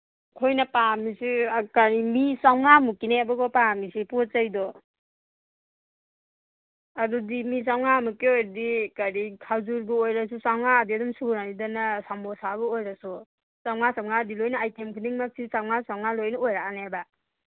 ꯑꯩꯈꯣꯏꯅ ꯄꯥꯝꯃꯤꯁꯤ ꯀꯔꯤ ꯃꯤ ꯆꯧꯉꯥꯃꯨꯛꯀꯤꯅꯦꯕꯀꯣ ꯄꯥꯝꯃꯤꯁꯦ ꯄꯣꯠ ꯆꯩꯗꯣ ꯑꯗꯨꯗꯤ ꯃꯤ ꯆꯧꯉꯥꯃꯨꯛꯀꯤ ꯑꯣꯏꯔꯗꯤ ꯀꯔꯤ ꯈꯖꯨꯨꯔꯕꯨ ꯑꯣꯏꯔꯁꯨ ꯆꯧꯉꯥꯗꯤ ꯑꯗꯨꯝ ꯁꯨꯔꯅꯤꯗꯅ ꯁꯃꯣꯁꯥꯕꯨ ꯑꯣꯏꯔꯁꯨ ꯆꯧꯉꯥ ꯆꯧꯉꯥꯗꯤ ꯂꯣꯏꯅ ꯑꯥꯏꯇꯦꯝ ꯈꯨꯗꯤꯡꯃꯛꯀꯤ ꯆꯧꯉꯥ ꯆꯧꯉꯥ ꯂꯣꯏꯅ ꯁꯨꯔꯛꯑꯅꯦꯕ